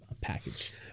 package